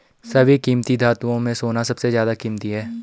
सभी कीमती धातुओं में सोना सबसे ज्यादा कीमती है